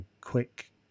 quick